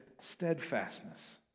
steadfastness